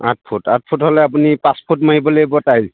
আঠ ফুট আঠ ফুট হ'লে আপুনি পাঁচ ফুট মাৰিব লাগিব টাইছ